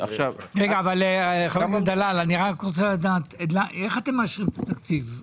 אני רק רוצה לדעת, איך אתם מאשרים את התקציב?